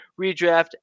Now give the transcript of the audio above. redraft